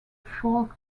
folk